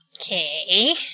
Okay